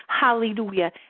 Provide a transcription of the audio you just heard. Hallelujah